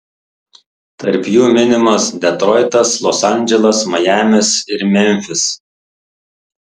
tarp jų minimas detroitas los andželas majamis ir memfis